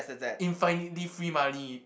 infinitely free money